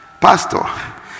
Pastor